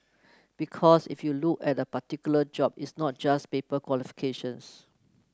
because if you look at a particular job it's not just paper qualifications